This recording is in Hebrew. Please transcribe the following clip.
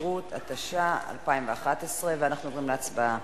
התשע"א 2011, אנחנו עוברים להצבעה